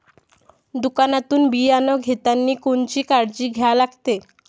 दुकानातून बियानं घेतानी कोनची काळजी घ्या लागते?